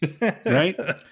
Right